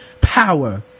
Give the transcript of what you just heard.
Power